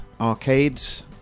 Arcades